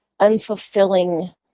unfulfilling